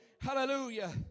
hallelujah